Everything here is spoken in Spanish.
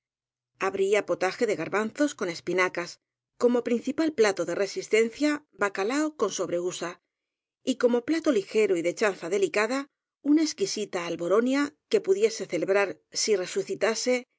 po taje de garbanzos con espinacas como principal plato de resistencia bacalao en sobrehúsa y como plato ligero ó de chanza delicada una exquisita alboronia que pudiese celebrar si resucitase